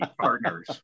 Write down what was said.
partners